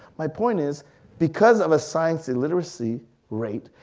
my point is because of a science illiteracy rate,